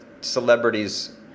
celebrities